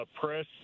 press